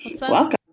Welcome